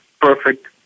perfect